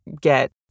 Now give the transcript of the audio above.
get